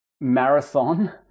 marathon